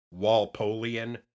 Walpolean